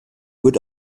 wird